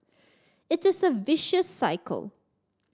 it is a vicious cycle